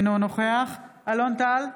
אינו נוכח אלון טל,